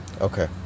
Okay